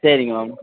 சரிங்க மேம்